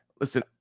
listen